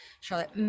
Charlotte